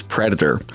Predator